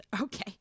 Okay